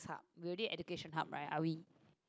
we already education hub right are we